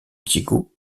diego